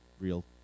real